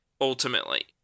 ultimately